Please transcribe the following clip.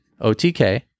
OTK